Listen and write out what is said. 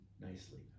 nicely